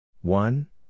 one